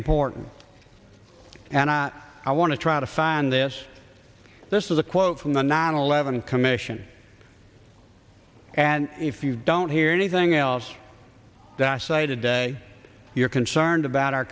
important and i want to try to find this this is a quote from the nine eleven commission and if you don't hear anything else that i cited day you're concerned about our